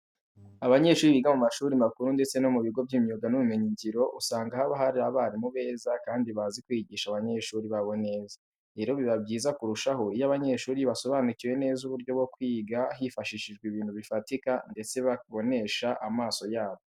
Abanyeshuri biga mu mashuri makuru ndetse no mu bigo by'imyuga n'ubumenyingiro, usanga haba hari abarimu beza kandi bazi kwigisha abanyeshuri babo neza. Rero biba byiza kurushaho iyo aba banyeshuri basobanukiwe neza uburyo bwo kwiga hifashishijwe ibintu bifatika ndetse babonesha amaso yabo.